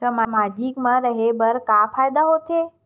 सामाजिक मा रहे बार का फ़ायदा होथे?